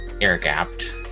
air-gapped